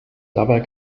dabei